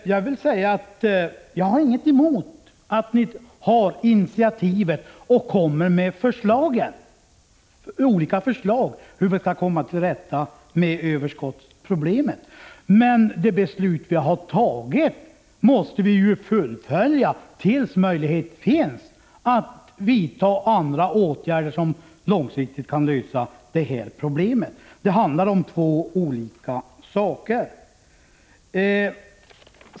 Jag har ingenting emot att ni har initiativet och lägger fram förslag om hur vi skall komma till rätta med överskottsproblemet, men vi måste ändå hålla fast vid ett beslut som fattats, tills det finns möjlighet att vidta andra åtgärder, som kan lösa problemet långsiktigt. Det handlar alltså om två olika saker.